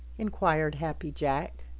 inquired happy jack.